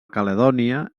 caledònia